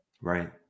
Right